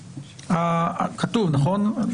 זה כתוב, נכון?